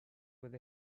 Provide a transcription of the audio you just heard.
with